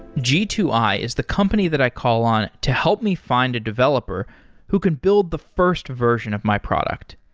g two i is the company that i call on to help me find a developer who can build the first version of my product.